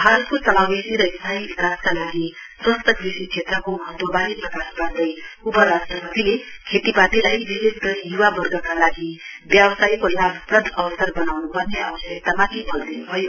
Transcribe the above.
भारतको समावेशी र स्यायी विकासका लागि स्वस्थ्य कृषि क्षेत्रको महत्वबारे प्रकाश पार्दै उपराष्ट्रपतिले खेतीपातीलाई विशेष गरी य्वावर्गका लागि व्यावसायको लाभप्रद अवसर बनाउन्पर्ने आवश्यकतामाथि बल दिन्भयो